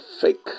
fake